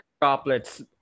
droplets